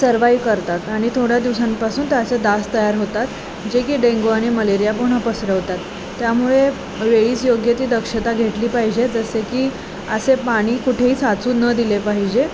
survive करतात आणि थोड्या दिवसांपासून त्याचे डास तयार होतात जे की डेंगू आणि मलेरिया पुन्हा पसरवतात त्यामुळे वेळीस योग्य ती दक्षता घेतली पाहिजे जसे की असे पाणी कुठेही साचू न दिले पाहिजे